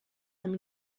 amb